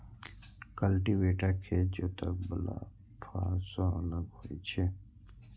cultivator खेत जोतय बला फाड़ सं अलग होइ छै